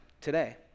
today